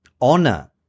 honor